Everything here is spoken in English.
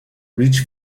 reach